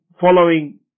following